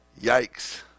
yikes